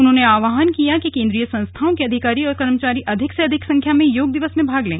उन्होंने आहवान किया कि केंद्रीय संस्थाओं के अधिकारी और कर्मचारी अधिक से अधिक संख्या में योग दिवस में भाग लें